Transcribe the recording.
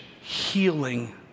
healing